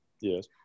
Yes